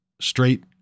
straight